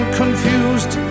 confused